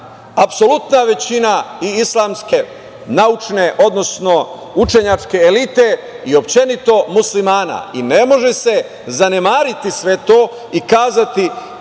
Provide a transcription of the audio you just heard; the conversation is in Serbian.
apsolutna većina i islamske naučne, odnosno učenjačke elite i uopšte Muslimana. Ne može se zanemariti sve to i reći,